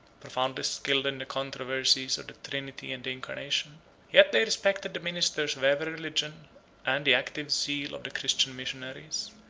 profoundly skilled in the controversies of the trinity and the incarnation yet they respected the ministers of every religion and the active zeal of the christian missionaries,